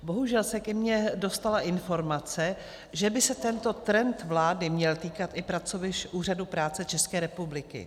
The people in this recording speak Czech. Bohužel se ke mně dostala informace, že by se tento trend vlády měl týkat i pracovišť Úřadu práce České republiky.